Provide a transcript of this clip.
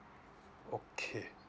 okay